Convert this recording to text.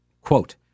quote